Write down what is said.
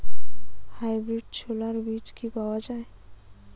Hybrid ছোলার বীজ কি পাওয়া য়ায়?